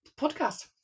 podcast